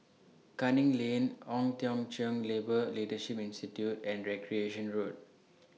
Canning Lane Ong Teng Cheong Labour Leadership Institute and Recreation Road